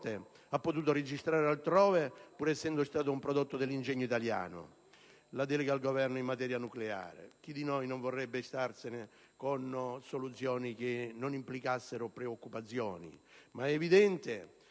ha potuto registrare altrove, pur essendo stato un frutto dell'ingegno italiano. Quanto alla delega al Governo in materia nucleare, chi di noi non vorrebbe soluzioni che non implicassero preoccupazioni, ma è evidente